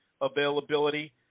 availability